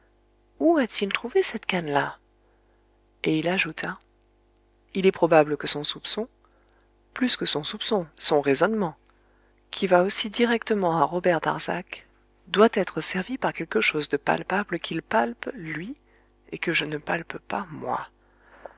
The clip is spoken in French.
où a-t-il trouvé cette cannelà et il ajouta il est probable que son soupçon plus que son soupçon son raisonnement qui va aussi directement à robert darzac doit être servi par quelque chose de palpable qu'il palpe lui et que je ne palpe pas moi